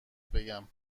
بگم